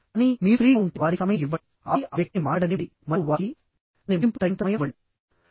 కానీ మీరు ఫ్రీ గా ఉంటే వారికి సమయం ఇవ్వండి ఆపై ఆ వ్యక్తిని మాట్లాడనివ్వండి మరియు వారికి దాని ముగింపులో తగినంత సమయం ఇవ్వండి